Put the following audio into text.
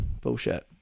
Bullshit